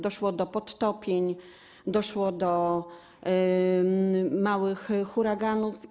Doszło do podtopień, doszło do małych huraganów.